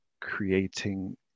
creating